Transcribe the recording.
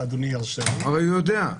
הרי הוא יודע.